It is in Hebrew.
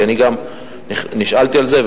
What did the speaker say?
כי נשאלתי על זה,